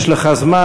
יש לך זמן,